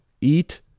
eat